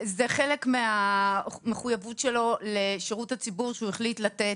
זה חלק מהמחויבות שלו לשירות הציבור שהוא החליט לתת.